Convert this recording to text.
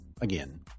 again